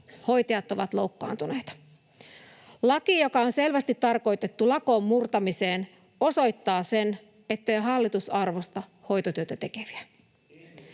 Hoitajat ovat loukkaantuneita. Laki, joka on selvästi tarkoitettu lakon murtamiseen, osoittaa sen, ettei hallitus arvosta hoitotyötä tekeviä.